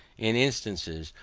in instances,